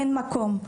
אין מקום.